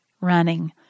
running